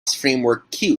framework